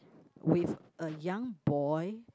with a young boy